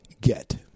get